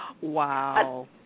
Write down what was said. Wow